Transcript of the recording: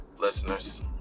Listeners